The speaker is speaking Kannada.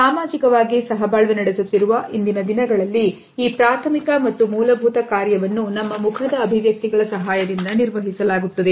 ಸಾಮಾಜಿಕವಾಗಿ ಸಹಬಾಳ್ವೆ ನಡೆಸುತ್ತಿರುವ ಇಂದಿನ ದಿನಗಳಲ್ಲಿ ಈ ಪ್ರಾಥಮಿಕ ಮತ್ತು ಮೂಲಭೂತ ಕಾರ್ಯವನ್ನು ನಮ್ಮ ಮುಖದ ಅಭಿವ್ಯಕ್ತಿಗಳ ಸಹಾಯದಿಂದ ನಿರ್ವಹಿಸಲಾಗುತ್ತದೆ